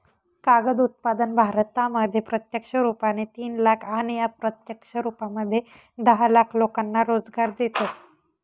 कागद उत्पादन भारतामध्ये प्रत्यक्ष रुपाने तीन लाख आणि अप्रत्यक्ष रूपामध्ये दहा लाख लोकांना रोजगार देतो